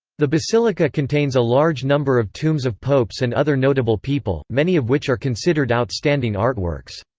the basilica contains a large number of tombs of popes and other notable people, many of which are considered outstanding artworks.